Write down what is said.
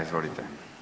Izvolite.